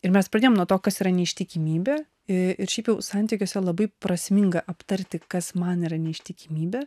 ir mes pradėjom nuo to kas yra neištikimybė ir šiaip jau santykiuose labai prasminga aptarti kas man yra neištikimybė